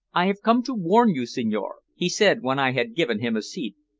i have come to warn you, signore, he said, when i had given him a seat.